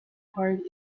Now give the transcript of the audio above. park